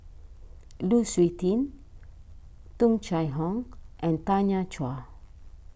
Lu Suitin Tung Chye Hong and Tanya Chua